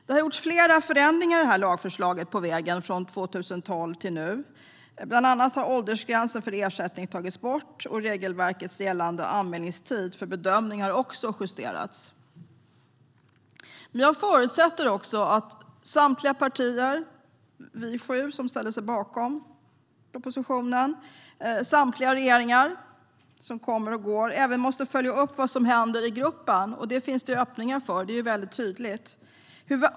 Det har gjorts flera ändringar i lagförslaget på vägen från 2012 till nu. Bland annat har åldersgränsen för ersättning tagits bort, och regelverket gällande anmälningstid för bedömning har justerats. Men jag förutsätter att samtliga partier - inte bara vi sju som ställer oss bakom detta - och samtliga regeringar som kommer och går även följer upp vad som händer i gruppen. Det finns det öppningar för; det är tydligt.